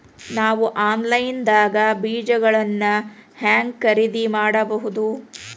ನಾವು ಆನ್ಲೈನ್ ದಾಗ ಬೇಜಗೊಳ್ನ ಹ್ಯಾಂಗ್ ಖರೇದಿ ಮಾಡಬಹುದು?